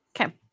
Okay